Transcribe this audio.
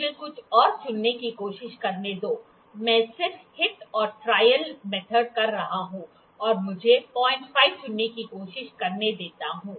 मुझे कुछ और चुनने की कोशिश करने दो मैं सिर्फ हिट और ट्रायल विधि कर रहा हूं और मुझे 05 चुनने की कोशिश करने देता हूं